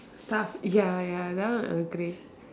stuff ya ya that one agree